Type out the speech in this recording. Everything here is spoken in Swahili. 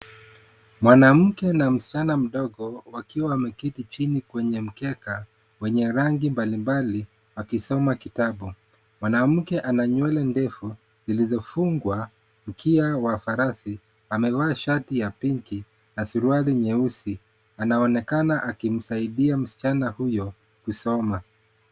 Mwanamke na msichana mdogo wakiwa wameketi chini kwenye mkeka wenye rangi mbalimbali wakisoma kitabu. Mwanamke ana nywele ndefu, zilizofungwa mkia wa farasi. Amevaa shati ya pinki na suruali nyeusi, anaonekana akimsaidia msichana huyo kusoma.